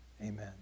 Amen